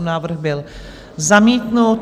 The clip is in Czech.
Návrh byl zamítnut.